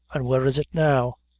an' where is it now?